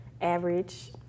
average